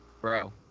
bro